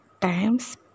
times